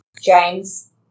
James